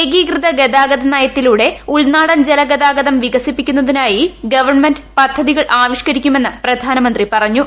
ഏകീകൃത ഗതാഗത നയത്തിലൂടെ ഉൾനാടൻ ജലഗതാഗത് വികസിപ്പിക്കുന്നതിനായി ഗവൺമെന്റ പദ്ധതികൾ ആവിഷ്ക്കരിക്കുമെന്ന് പ്രധാനമന്ത്രി പറഞ്ഞു